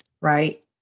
Right